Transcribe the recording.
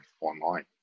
online